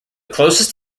closest